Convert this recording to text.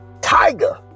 Tiger